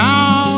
Now